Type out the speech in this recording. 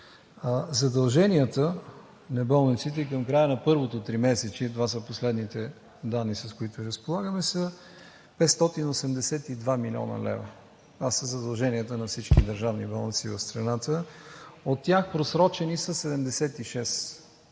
Задълженията на болниците към края на първото тримесечие – това са последните данни, с които разполагаме – са 582 млн. лв. Това са задълженията на всички държавни болници в страната. От тях са просрочени 76 млн.